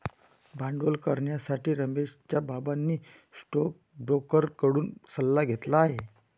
भांडवल करण्यासाठी रमेशच्या बाबांनी स्टोकब्रोकर कडून सल्ला घेतली आहे